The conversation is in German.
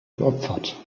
geopfert